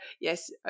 yes